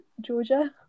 Georgia